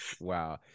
Wow